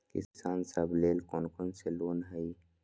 किसान सवे लेल कौन कौन से लोने हई?